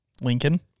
Lincoln